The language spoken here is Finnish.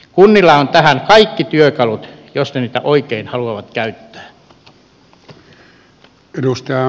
kunnilla on tähän kaikki työkalut jos ne niitä oikein haluavat käyttää